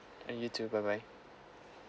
and you too bye bye